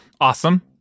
Awesome